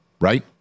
right